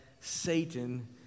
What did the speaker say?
Satan